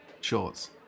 Shorts